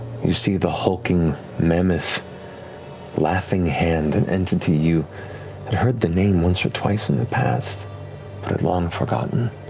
you see the hulking mammoth laughing hand, an entity you had heard the name once or twice in the past, but had long forgotten.